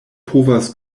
povas